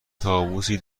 طاووسی